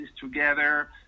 together